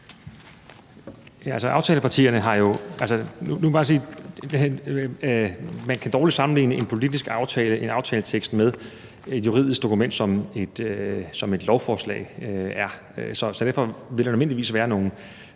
man kan dårligt sammenligne en politisk aftale, en aftaletekst, med et juridisk dokument, som et lovforslag er. Så derfor vil der almindeligvis være nogle